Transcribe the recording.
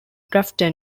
grafton